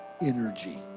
energy